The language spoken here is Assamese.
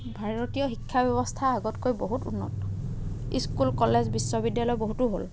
ভাৰতীয় শিক্ষা ব্যৱস্থা আগতকৈ বহুত উন্নত স্কুল কলেজ বিশ্ববিদ্যালয় বহুতো হ'ল